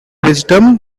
wisdom